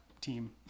team